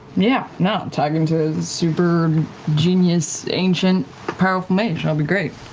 yeah, no, talking to a super genius ancient powerful mage, i'll be great.